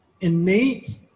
innate